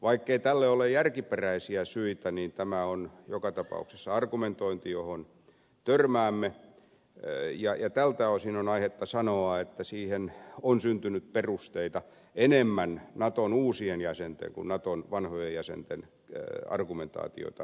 vaikkei tälle ole järkiperäisiä syitä niin tämä on joka tapauksessa argumentointi johon törmäämme ja tältä osin on aihetta sanoa että siihen on syntynyt perusteita enemmän naton uusien jäsenten kuin naton vanhojen jäsenten argumentaatiota seurattaessa